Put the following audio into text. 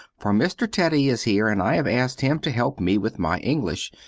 for mr. teddy is here and i have asked him to help me with my english,